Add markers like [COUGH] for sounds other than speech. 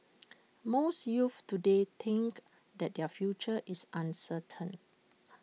[NOISE] most youths today think that their future is uncertain